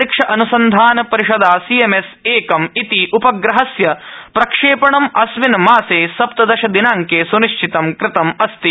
इसरो भारतीय अंतरिक्ष अन्संधान परिषदा सीएमएस् एकम् इति उपग्रहस्य प्रक्षेपणं अस्मिन् मासे सप्तदशदिनांके सूनिश्चितं कृतम् अस्ति